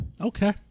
Okay